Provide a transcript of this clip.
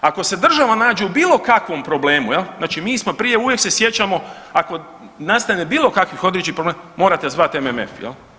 Ako se država nađe u bilo kakvom problemu jel mi smo prije uvijek se sjećamo ako nastane bilo kakvih određenih problema morate zvati MMF jel.